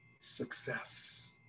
success